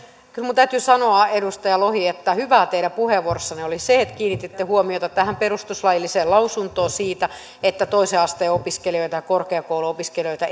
kyllä minun täytyy sanoa edustaja lohi että hyvää teidän puheenvuorossanne oli se että kiinnititte huomiota tähän perustuslailliseen lausuntoon siitä että toisen asteen opiskelijoita ja korkeakouluopiskelijoita